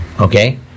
Okay